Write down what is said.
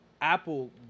Apple